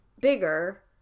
bigger